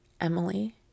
Emily